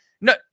no